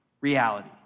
reality